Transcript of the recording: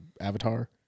Avatar